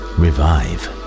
revive